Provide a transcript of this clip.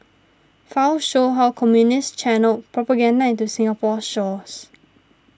files show how Communists channelled propaganda into Singapore's shores